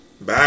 Bye